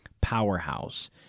powerhouse